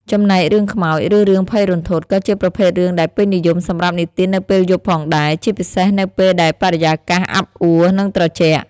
ចំណែករឿងខ្មោច ឬរឿងភ័យរន្ធត់ ក៏ជាប្រភេទរឿងដែលពេញនិយមសម្រាប់និទាននៅពេលយប់ផងដែរ ជាពិសេសនៅពេលដែលបរិយាកាសអាប់អួរ និងត្រជាក់។